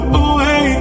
away